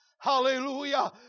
Hallelujah